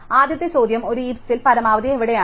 അതിനാൽ ആദ്യത്തെ ചോദ്യം ഒരു ഹീപ്സിൽ പരമാവധി എവിടെയാണ്